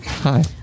Hi